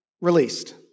released